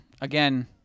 again